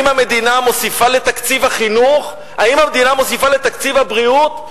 אם המדינה מוסיפה לתקציב החינוך ואם המדינה מוסיפה לתקציב הבריאות.